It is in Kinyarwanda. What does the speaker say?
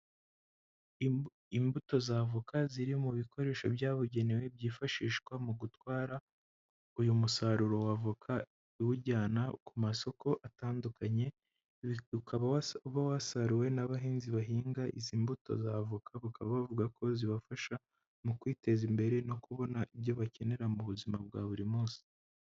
Imbuto za avoka ziri mu bikoresho byabugenewe byifashishwa mu gutwara uyu musaruro wa avoka iwujyana ku masoko atandukanye, ukaba uba wasaruwe n'abahinzi bahinga izi mbuto za avoka, bakaba bavuga ko zibafasha mu kwiteza imbere no kubona ibyo bakenera mu buzima bwa buri munsi.